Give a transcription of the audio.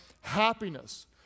happiness